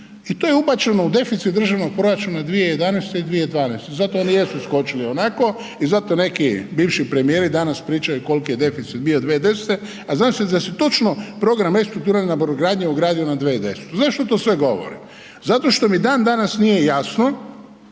i to je ubačeno u deficit državnog proračuna 2011. i 2012., zato oni jesu skočili onako i zato neki bivši premijeri danas pričaju koliki je deficit bio 2010. a zna se da se točno program restrukturiranja brodogradnje ugradio na 2010. Zašto to sve govorim? Zato što mi dandanas nije jasno